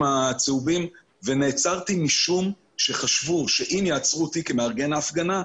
הצהובים ונעצרתי משום שחשבו שאם יעצרו אותי כמארגן ההפגנה,